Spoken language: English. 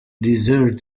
desert